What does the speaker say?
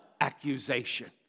accusation